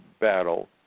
battle